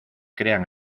crean